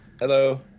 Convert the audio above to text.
Hello